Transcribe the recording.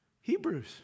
Hebrews